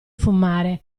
fumare